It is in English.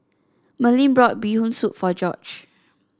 Merlyn bought Bee Hoon Soup for George